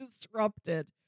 disrupted